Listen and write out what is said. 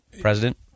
president